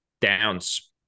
Downs